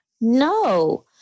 No